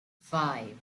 five